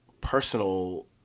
personal